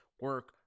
Work